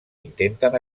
intenten